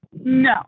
No